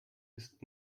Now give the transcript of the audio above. ist